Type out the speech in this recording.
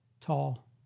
tall